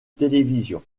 télévision